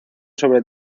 sobre